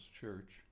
Church